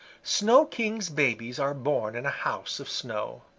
snow king's babies are born in a house of snow.